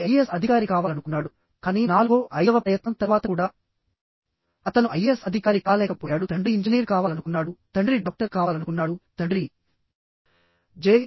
తండ్రి ఐఏఎస్ అధికారి కావాలనుకున్నాడు కానీ నాలుగో ఐదవ ప్రయత్నం తర్వాత కూడా అతను ఐఏఎస్ అధికారి కాలేకపోయాడు తండ్రి ఇంజనీర్ కావాలనుకున్నాడు తండ్రి డాక్టర్ కావాలనుకున్నాడు తండ్రి జె